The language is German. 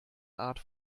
art